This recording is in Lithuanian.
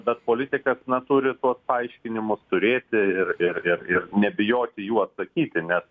bet politikas na turi tuos paaiškinimus turėti ir ir nebijoti jų atsakyti nes